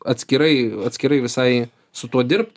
atskirai atskirai visai su tuo dirbt